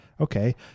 Okay